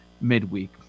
midweek